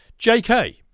JK